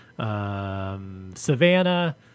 Savannah